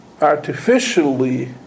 artificially